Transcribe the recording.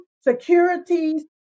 securities